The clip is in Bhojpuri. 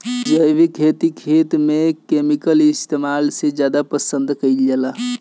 जैविक खेती खेत में केमिकल इस्तेमाल से ज्यादा पसंद कईल जाला